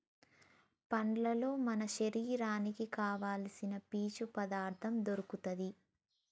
పండ్లల్లో మన శరీరానికి కావాల్సిన పీచు పదార్ధం దొరుకుతది